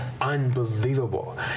Unbelievable